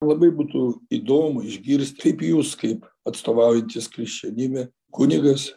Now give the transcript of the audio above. labai būtų įdomu išgirst kaip jūs kaip atstovaujantis krikščionybę kunigas